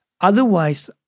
otherwise